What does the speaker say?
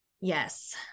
Yes